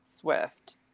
swift